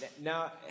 Now